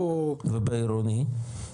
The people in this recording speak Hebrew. ובעירוני?